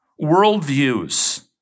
worldviews